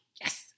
Yes